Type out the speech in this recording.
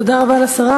תודה רבה לשרה.